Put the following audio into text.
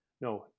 no